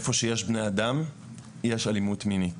בכל מקום שיש בני אדם יש אלימות מינית.